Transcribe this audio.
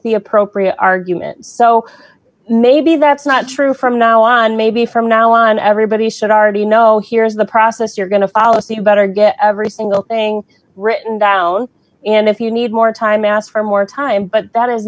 the appropriate argument so maybe that's not true from now on maybe from now on everybody should already know here's the process you're going to follow the better get every single thing written down and if you need more time ask for more time but that is